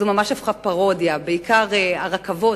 זה ממש הפך לפרודיה, בעיקר הרכבות.